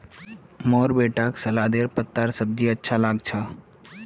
मोर बेटाक सलादेर पत्तार सब्जी अच्छा लाग छ